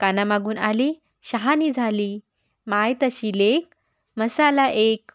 कानामागून आली शहाणी झाली माय तशी लेक मसाला एक